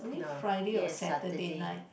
no yes and Saturday